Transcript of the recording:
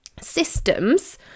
systems